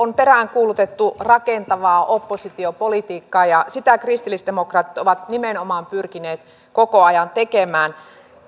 on peräänkuulutettu rakentavaa oppositiopolitiikkaa ja sitä kristillisdemokraatit ovat nimenomaan pyrkineet koko ajan tekemään